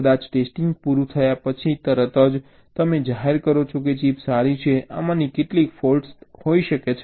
કદાચ ટેસ્ટિંગ પૂરું થયા પછી તરત જ તમે જાહેર કરો છો કે ચિપ સારી છે આમાંની કેટલીક ફૉલ્ટ્સ દેખાય છે